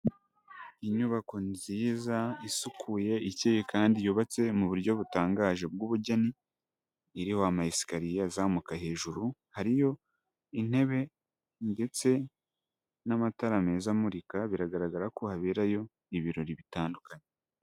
Inyubako nziza isukuye ikeye kandi yubatse mu buryo butangaje bw'ubugeni iriho amayesikariye azamuka hejuru, hariyo intebe ndetse n'amatara meza amurika biragaragara ko haberayo ibirori bitandukanye.